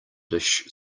dish